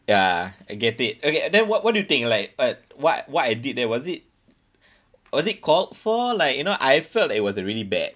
ya I get it okay then what what do you think like like what what I did there was it was it called for like you know I felt that it was a really bad